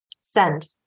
Send